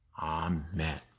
Amen